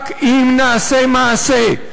רק אם נעשה מעשה,